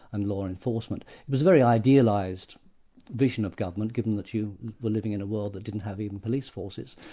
and law enforcement. it was a very idealised vision of government, given that you were living in a world that didn't have even police forces.